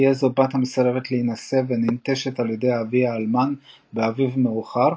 תהיה זו בת המסרבת להינשא וננטשת על ידי אביה האלמן ב"אביב מאוחר",